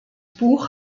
buch